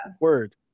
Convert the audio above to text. word